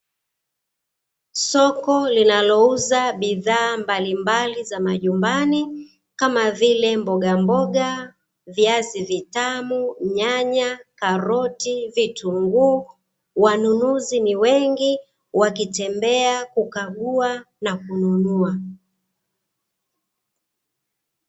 Soko linalouza bidhaa mbalimbali za majumbani kama vile mbogamboga, viazi vitamu, nyanya, karoti, vitunguu. Wanunuzi ni wengi wakitembea kukagua na kununua.